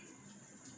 ya okay